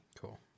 cool